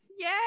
Yay